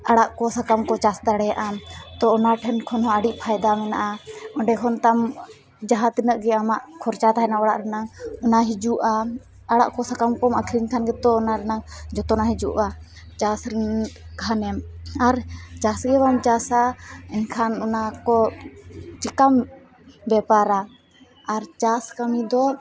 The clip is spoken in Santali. ᱟᱲᱟᱜᱠᱚ ᱥᱟᱠᱟᱢᱠᱚ ᱪᱟᱥ ᱫᱟᱲᱮᱭᱟᱜᱼᱟᱢ ᱛᱳ ᱚᱱᱟ ᱴᱷᱮᱱ ᱠᱷᱚᱱᱦᱚᱸ ᱟᱹᱰᱤ ᱯᱷᱟᱭᱫᱟ ᱢᱮᱱᱟᱜᱟᱼᱟ ᱚᱸᱰᱮ ᱠᱷᱚᱱᱛᱟᱢ ᱡᱟᱦᱟᱸᱛᱤᱱᱟᱹᱜ ᱜᱮ ᱟᱢᱟᱜ ᱠᱷᱚᱨᱪᱟ ᱛᱟᱦᱮᱱᱟ ᱚᱲᱟᱜ ᱨᱮᱱᱟᱝ ᱚᱱᱟ ᱦᱤᱡᱩᱜᱼᱟ ᱟᱲᱟᱜᱠᱚ ᱥᱟᱠᱟᱢᱠᱚᱢ ᱟᱹᱠᱷᱨᱤᱧ ᱞᱮᱠᱷᱟᱱ ᱜᱮᱛᱚ ᱚᱱᱟ ᱨᱮᱱᱟᱝ ᱡᱚᱛᱚᱱᱟᱜ ᱦᱤᱡᱩᱜᱼᱟ ᱪᱟᱥ ᱠᱷᱟᱱᱮᱢ ᱟᱨ ᱪᱟᱥ ᱜᱮ ᱵᱟᱢ ᱪᱟᱥᱟ ᱮᱱᱠᱷᱟᱱ ᱚᱱᱟᱠᱚ ᱪᱤᱠᱟᱹᱢ ᱵᱮᱯᱟᱨᱟ ᱟᱨ ᱪᱟᱥ ᱠᱟᱹᱢᱤᱫᱚ